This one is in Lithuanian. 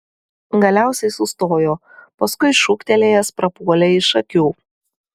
galiausiai sustojo paskui šūktelėjęs prapuolė iš akių